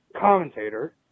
commentator